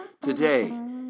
Today